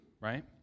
right